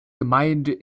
gemeinde